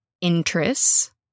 interests